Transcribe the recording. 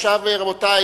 רבותי,